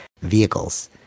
vehicles